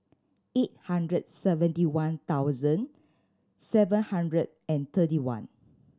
eight hundred seventy one thousand seven hundred and thirty one